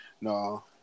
no